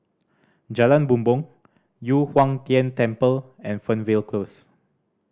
Jalan Bumbong Yu Huang Tian Temple and Fernvale Close